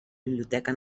biblioteca